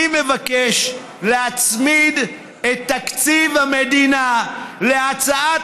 אני מבקש להצמיד לתקציב המדינה את הצעת